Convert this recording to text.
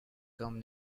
come